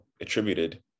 attributed